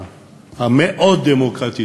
המאוד-דמוקרטית,